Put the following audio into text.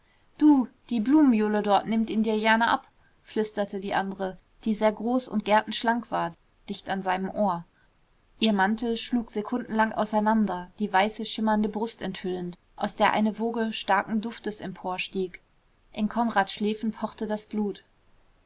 du die blumenjule dort nimmt ihn dir jerne ab flüsterte die andere die sehr groß und gertenschlank war dicht an seinem ohr ihr mantel schlug sekundenlang auseinander die weiße schimmernde brust enthüllend aus der eine woge starken duftes empor stieg in konrads schläfen pochte das blut